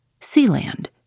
Sealand